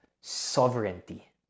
sovereignty